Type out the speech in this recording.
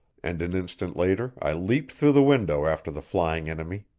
and an instant later i leaped through the window after the flying enemy.